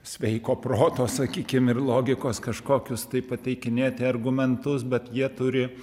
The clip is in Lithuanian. sveiko proto sakykim ir logikos kažkokius tai pateikinėti argumentus bet jie turi